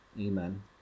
Amen